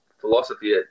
philosophy